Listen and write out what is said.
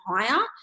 higher